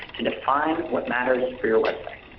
to define what matters for your website.